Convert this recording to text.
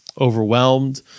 overwhelmed